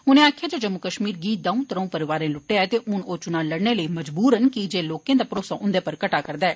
उनें गलाया जे जम्मू कश्मीर गी दो त्रऊं परौआरें लुटेआ ऐ ते ह्न ओ चुना लड़ने लेई मज़बूर न कि जे लोकें दा भरोसा उन्दे पर घटा रदा ऐ